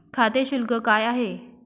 खाते शुल्क काय आहे?